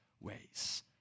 ways